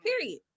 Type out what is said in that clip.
Period